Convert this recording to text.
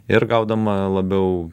ir gaudoma labiau